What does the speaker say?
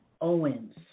Owens